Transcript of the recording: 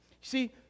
See